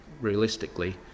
realistically